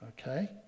okay